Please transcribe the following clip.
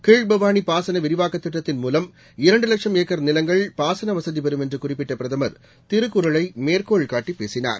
கீழ்பவாளி பாசன விரிவாக்கத் திட்டத்தின் மூலம் இரண்டு லட்சம் ஏக்கர் நிலங்கள் பாசன வசதி பெறம் என்று குறிப்பிட்ட பிரதமர் திருக்குறளை மேற்கோள்னட்டி பேசினார்